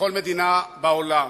לכל מדינה בעולם,